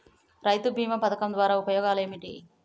రైతు బీమా పథకం ద్వారా ఉపయోగాలు ఏమిటి?